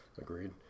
agreed